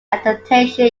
adaptation